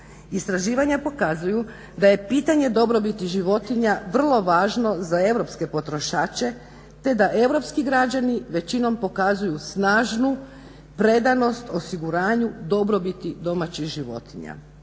Istraživanja pokazuju da je pitanje dobrobiti životinja vrlo važno za europske potrošače te da europski građani većinom pokazuju snažnu predanost, osiguranju dobrobiti domaćih životinja.